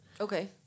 Okay